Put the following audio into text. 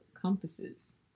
compasses